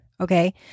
Okay